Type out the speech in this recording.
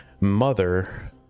mother